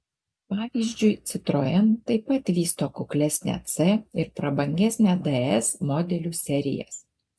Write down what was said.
pavyzdžiui citroen taip pat vysto kuklesnę c ir prabangesnę ds modelių serijas